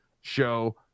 show